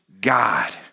God